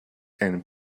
and